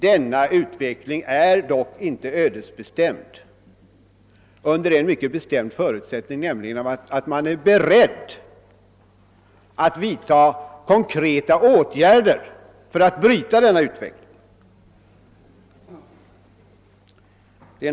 Denna utveckling är dock inte ödesbestämd, om man är beredd att vidta konkreta åtgärder för att bryta den.